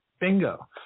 Bingo